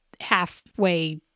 halfway